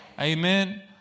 Amen